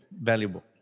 valuable